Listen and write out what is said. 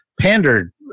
pandered